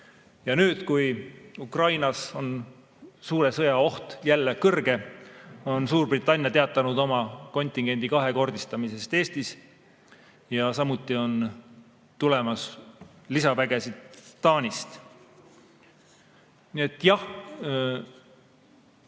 Ja nüüd, kui Ukrainas on suure sõja oht jälle kõrge, on Suurbritannia teatanud oma kontingendi kahekordistamisest Eestis. Samuti on tulemas lisavägesid Taanist. Nii